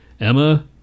Emma